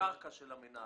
הקרקע של המנהל